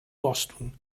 boston